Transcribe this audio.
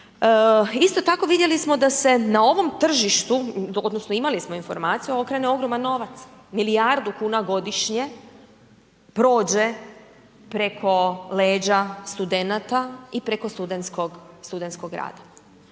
Isto tako, vidjeli smo da se na ovom tržištu, odnosno imali smo informaciju, okrene ogroman novac, milijardu kuna godišnje prođe preko leđa studenata i preko studentskog rada.